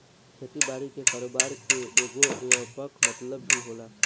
खेती बारी के कारोबार के एगो व्यापक मतलब भी होला